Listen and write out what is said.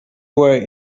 were